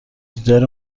دیدار